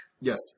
Yes